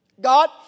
God